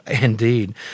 Indeed